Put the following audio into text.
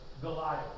Goliath